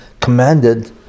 commanded